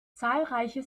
zahlreiche